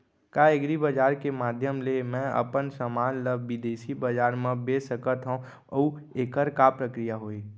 का एग्रीबजार के माधयम ले मैं अपन समान ला बिदेसी बजार मा बेच सकत हव अऊ एखर का प्रक्रिया होही?